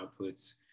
outputs